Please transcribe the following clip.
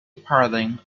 paradigm